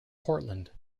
portland